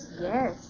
Yes